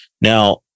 Now